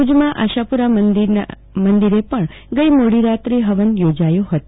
ભુજમાં આશાપુરા માતાના મંદિરે પણ ગઈ મોડી રાત્રે હવન યોજાયો હતો